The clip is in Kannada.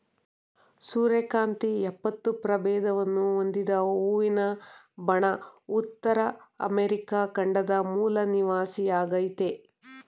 ಸೂರ್ಯಕಾಂತಿ ಎಪ್ಪತ್ತು ಪ್ರಭೇದವನ್ನು ಹೊಂದಿದ ಹೂವಿನ ಬಣ ಉತ್ತರ ಅಮೆರಿಕ ಖಂಡದ ಮೂಲ ನಿವಾಸಿಯಾಗಯ್ತೆ